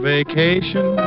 Vacation